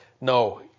No